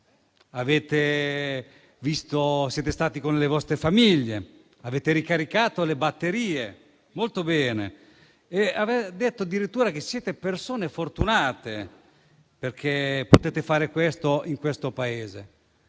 siete riposati, siete stati con le vostre famiglie, avete ricaricato le batterie, molto bene. Ha detto addirittura: siete persone fortunate, perché potete fare questo in questo Paese.